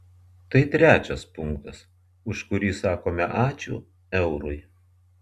tai trečias punktas už kurį sakome ačiū eurui